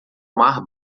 mar